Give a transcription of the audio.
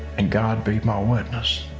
and god be my witness,